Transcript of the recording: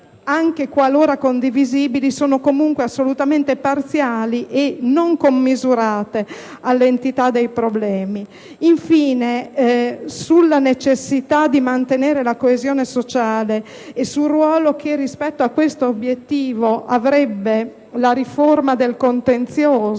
anche qualora condivisibili, sono comunque assolutamente parziali e non commisurate all'entità dei problemi. Infine, sulla necessità di mantenere la coesione sociale e sul ruolo che rispetto a questo obiettivo avrebbe la riforma del contenzioso